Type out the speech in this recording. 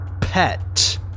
pet